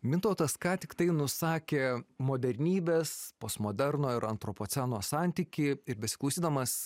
mintautas ką tiktai nusakė modernybės postmoderno ir antropoceno santykį ir besiklausydamas